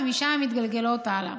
ומשם הן מתגלגלות הלאה.